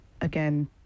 again